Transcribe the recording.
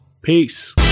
Peace